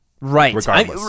Right